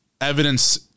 evidence